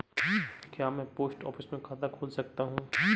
क्या मैं post office में खाता खोल सकता हूँ?